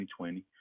2020